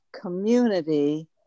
community